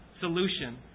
solution